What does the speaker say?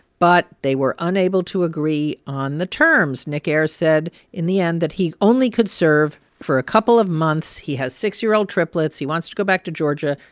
but they were unable to agree on the terms. nick ayers said in the end that he only could serve for a couple of months he has six year old triplets. he wants to go back to georgia.